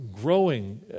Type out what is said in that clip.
growing